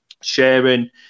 sharing